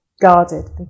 guarded